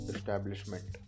Establishment